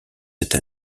cette